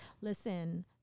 Listen